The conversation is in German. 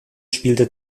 spielte